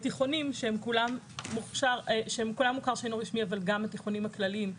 בתיכונים שהם כולם מוכר שאינו רשמי אבל גם התיכונים הכלליים,